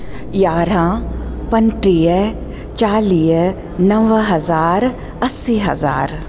यारहं पंजुटीह चालीह नव हज़ार असी हज़ार